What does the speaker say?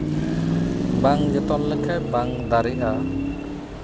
ᱵᱟᱝ ᱡᱚᱛᱚᱱ ᱞᱮᱠᱷᱟᱱ ᱵᱟᱝ ᱫᱟᱨᱮᱜᱼᱟ